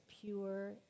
pure